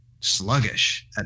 sluggish